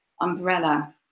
umbrella